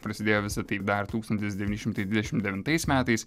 prisidėjo visi taip dar tūkstantis devyni šimtai dvidešimt devintais metais